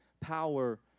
power